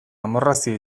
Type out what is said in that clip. amorrazio